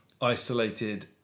isolated